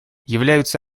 являются